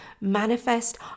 manifest